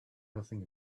nothing